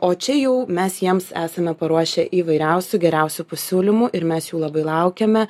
o čia jau mes jiems esame paruošę įvairiausių geriausių pasiūlymų ir mes jų labai laukiame